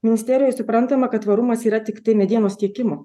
ministerijoje suprantama kad tvarumas yra tiktai medienos tiekimo